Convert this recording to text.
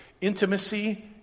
Intimacy